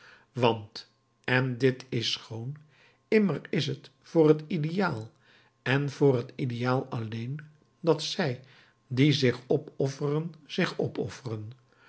want en dit is schoon immer is het voor het ideaal en voor het ideaal alleen dat zij die zich opofferen zich opofferen